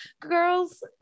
girls